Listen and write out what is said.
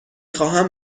خواهم